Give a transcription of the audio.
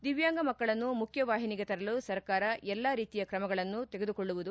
ದಿವ್ವಾಂಗ ಮಕ್ಕಳನ್ನು ಮುಖ್ಖವಾಹಿನಿಗೆ ತರಲು ಸರ್ಕಾರ ಎಲ್ಲಾ ರೀತಿಯ ಕ್ರಮಗಳನ್ನು ತೆಗೆದುಕೊಳ್ಳಲಾಗುವುದು